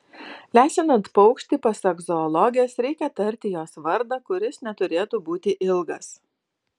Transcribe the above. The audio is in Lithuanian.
lesinant paukštį pasak zoologės reikia tarti jos vardą kuris neturėtų būti ilgas